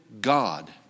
God